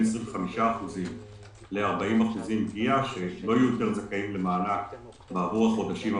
25% ל-40% פגיעה שלא יהיו יותר זכאים למענק עבור החודשים הבאים.